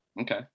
okay